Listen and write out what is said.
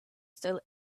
still